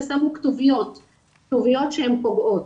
ושמו כתוביות שהן פוגעות.